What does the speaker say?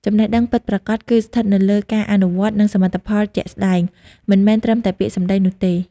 ចំណេះដឹងពិតប្រាកដ គឺស្ថិតនៅលើការអនុវត្ត និងសមិទ្ធផលជាក់ស្ដែង មិនមែនត្រឹមតែពាក្យសម្ដីនោះទេ។